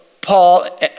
Paul